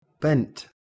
bent